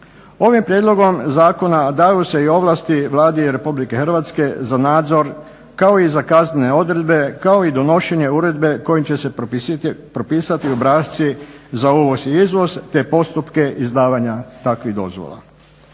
Ovim prijedlogom zakona daju se i ovlasti Vladi Republike Hrvatske za nadzor kao i za kaznene odredbe, kao i donošenje uredbe kojom će se propisati obrasci za uvoz i izvoz te postupke izdavanja takvih dozvola.